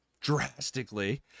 drastically